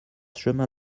chemin